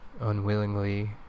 unwillingly